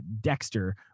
Dexter